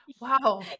Wow